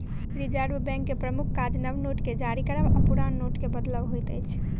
reserve बैंकक प्रमुख काज नव नोट के जारी करब आ पुरान नोटके बदलब होइत अछि